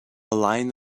line